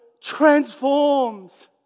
transforms